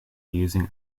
using